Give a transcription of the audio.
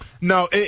No